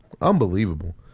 Unbelievable